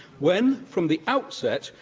when, from the outset,